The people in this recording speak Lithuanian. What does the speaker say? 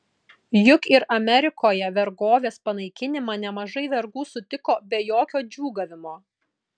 juk ir amerikoje vergovės panaikinimą nemažai vergų sutiko be jokio džiūgavimo